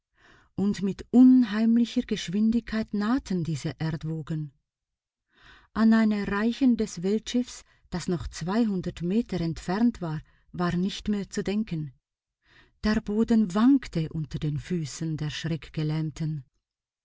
und mit unheimlicher geschwindigkeit nahten diese erdwogen an ein erreichen des weltschiffs das noch zweihundert meter entfernt war war nicht mehr zu denken der boden wankte unter den füßen der